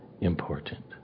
important